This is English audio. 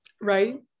right